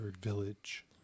village